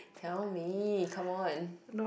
tell me come on